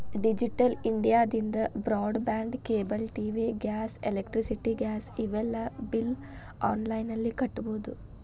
digital ಇಂಡಿಯಾದಿಂದ broadband cable TV gas electricity gas ಇವೆಲ್ಲಾ ಬಿಲ್ನ ಆನ್ಲೈನ್ ನಲ್ಲಿ ಕಟ್ಟಬೊದು